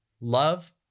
Love